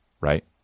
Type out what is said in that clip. right